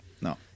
No